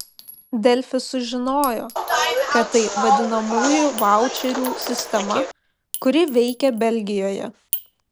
delfi sužinojo kad tai vadinamųjų vaučerių sistema kuri veikia belgijoje